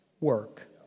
work